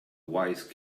wise